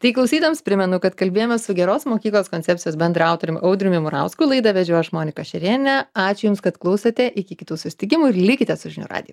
tai klausytojams primenu kad kalbėjomės su geros mokyklos koncepcijos bendraautorium audriumi murausku laidą vedžiau aš monika šerėnė ačiū jums kad klausėte iki kitų susitikimų ir likite su žinių radiju